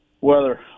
weather